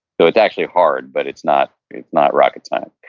so it's actually hard, but it's not it's not rocket science.